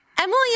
Emily